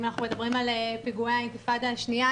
אם אנחנו מדברים על פיגועי האינתיפאדה השנייה,